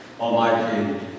Almighty